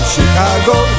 Chicago